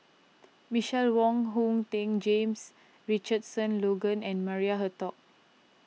Michelle Wong Hong Teng James Richardson Logan and Maria Hertogh